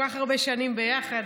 כל כך הרבה שנים ביחד,